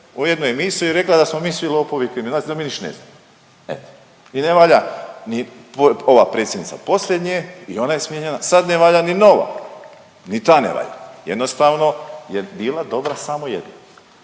u jednu emisiju i rekla da smo mi svi lopovi i kriminalci, da mi niš ne znamo. Evo i ne valja ni ova predsjednica poslije nje i ona je smijenjena, sad ne valja ni nova. Ni ta ne valja, jednostavno jer je bila dobra samo jedna.